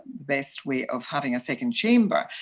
best way of having a second chamber.